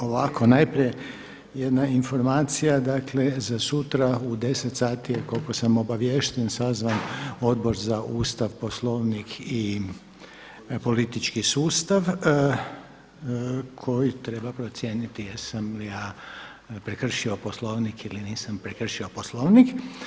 Ovako najprije jedna informacija dakle za sutra u 10,00 sati koliko sam obaviješten sazvan Odbor za Ustav, Poslovnik i politički sustav koji treba procijeniti jesam li ja prekršio Poslovnik ili nisam prekršio Poslovnik.